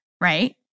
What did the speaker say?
right